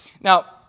Now